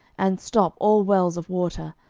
and stop all wells of water,